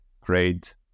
great